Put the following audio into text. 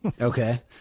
Okay